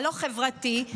הלא-חברתי,